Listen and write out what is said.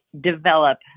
develop